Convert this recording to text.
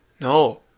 No